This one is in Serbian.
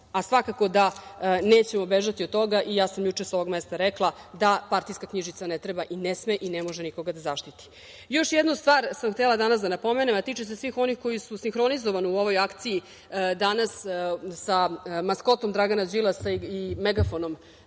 a svakako da nećemo bežati od toga. Juče sam ja sa ovog mesta rekla da partijska knjižica ne treba i ne sme i ne može nikoga da zaštiti. Još jednu stvar sam htela danas da napomenem, a tiče se svih onih koji su sinhronizovano u ovoj akciji danas sa maskotom Dragana Đilasa i megafonom